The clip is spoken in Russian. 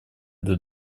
для